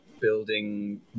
building